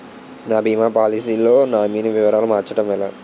నా భీమా పోలసీ లో నామినీ వివరాలు మార్చటం ఎలా?